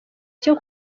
cyo